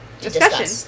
discussion